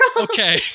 Okay